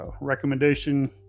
recommendation